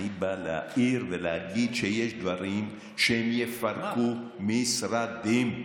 אני בא להאיר ולהגיד שיש דברים שיפרקו משרדים.